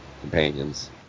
companions